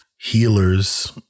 healers